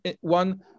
one